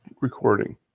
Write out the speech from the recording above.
recording